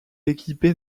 équipée